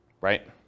right